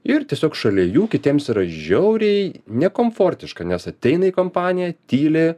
ir tiesiog šalia jų kitiems yra žiauriai nekomfortiška nes ateina į kompaniją tyli